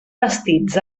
bastits